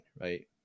right